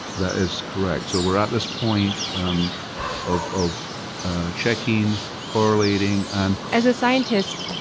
that is correct. so, we're at this point um of of checking, correlating and as a scientist,